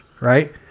right